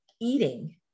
eating